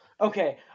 Okay